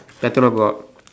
better not go out